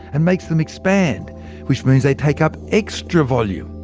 and makes them expand which means they take up extra volume.